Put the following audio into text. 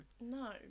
no